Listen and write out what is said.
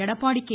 Edappadi K